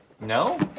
No